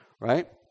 Right